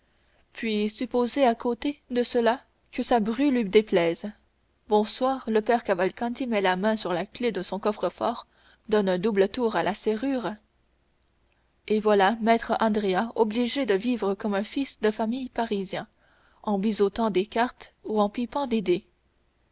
puis supposez à côté de cela que sa bru lui déplaise bonsoir le père cavalcanti met la main sur la clef de son coffre-fort donne un double tour à la serrure et voilà maître andrea obligé de vivre comme un fils de famille parisien en bizeautant des cartes ou en pipant